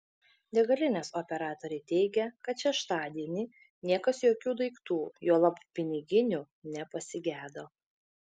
degalinės operatoriai teigė kad šeštadienį niekas jokių daiktų juolab piniginių nepasigedo